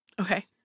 Okay